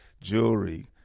jewelry